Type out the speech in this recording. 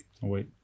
wait